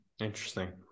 Interesting